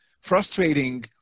frustrating